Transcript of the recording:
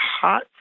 hot